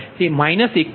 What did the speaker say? તે 0 1